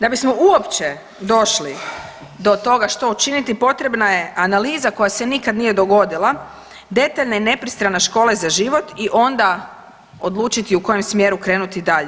Da bismo uopće došli do toga što učiniti potrebna je analiza koja se nikad nije dogodila, detaljne i nepristrane škole za život i onda odlučiti u kojem smjeru krenuti dalje.